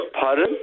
Pardon